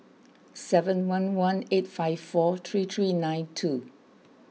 seven one one eight five four three three nine two